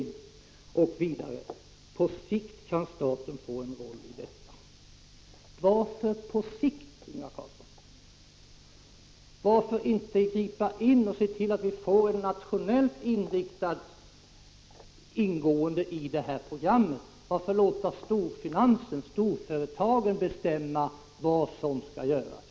Ingvar Carlsson säger vidare: ”På sikt kan staten få en roll i detta -—-—.” Varför ”på sikt”, Ingvar Carlsson? Varför inte gripa in och se till att vi får ett nationellt inriktat deltagande i programmet? Varför låta storfinansen, storföretagen, bestämma vad som skall göras?